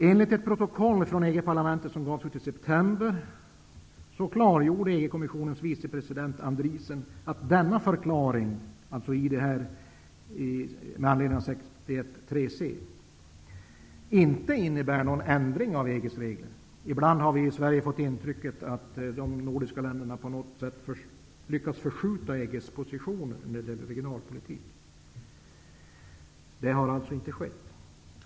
Enligt ett protokoll från EG-parlamentet som gavs ut i september, klargjorde EG-konventionens vicepresident Andriessen att förklaringen med anledning av artikel 61.3 c inte innebär en ändring av EG:s regler. Ibland har man här i Sverige fått intrycket att de nordiska länderna på något sätt har lyckat förskjuta EG:s regionalpolitik. Detta har alltså inte skett.